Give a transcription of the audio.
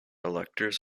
electors